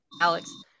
Alex